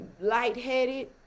lightheaded